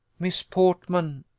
miss portman,